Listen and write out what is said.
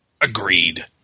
Agreed